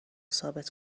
ثابت